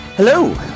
Hello